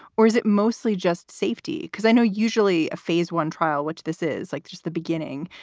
or is it mostly just safety? because i know usually a phase one trial, which this is like just the beginning,